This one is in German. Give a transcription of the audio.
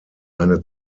eine